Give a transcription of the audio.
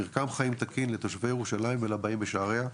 מרקם חיים תקין לתושבי ירושלים ולבאים בשעריה,